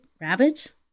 Rabbit